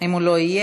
אם הוא לא יהיה,